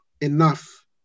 enough